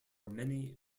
many